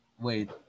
wait